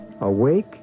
Awake